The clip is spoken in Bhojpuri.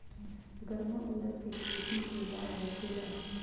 गर्मा उरद के खेती से लाभ होखे ला?